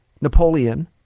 Napoleon